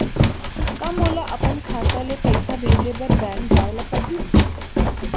का मोला अपन खाता ले पइसा भेजे बर बैंक जाय ल परही?